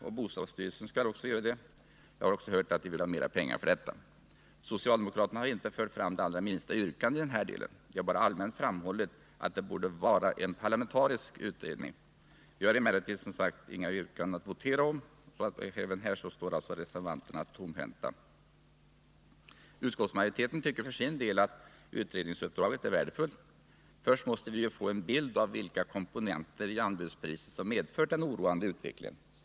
och bostadsstyrelsen skall också göra det — jag har hört att den vill ha mera pengar för detta. Socialdemokraterna har inte fört fram det allra minsta yrkande i den här delen — de har bara allmänt framhållit att det borde vara en parlamentarisk utredning. Vi har emellertid, som sagt, inga yrkanden att votera om. Även här står alltså reservanterna tomhänta. Utskottsmajoriteten tycker för sin del att utredningsuppdraget är värdefullt. Först måste vi ju få en bild av vilka komponenter i anbudspriset som medfört den oroande utvecklingen.